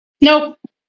Nope